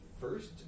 first